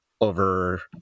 over